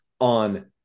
on